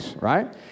Right